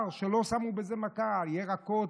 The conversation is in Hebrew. חבר הכנסת אופיר כץ,